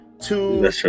two